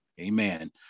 amen